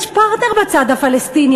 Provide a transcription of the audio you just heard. יש פרטנר בצד הפלסטיני,